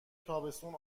تابستون